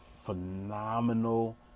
phenomenal